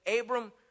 Abram